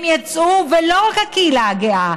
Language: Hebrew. הם יצאו, ולא רק הקהילה הגאה,